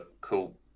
cool